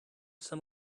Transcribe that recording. some